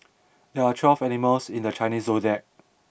there are twelve animals in the Chinese zodiac